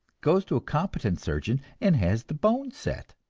goes to a competent surgeon and has the bone set.